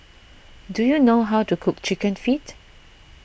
do you know how to cook Chicken Feet